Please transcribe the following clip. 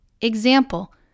Example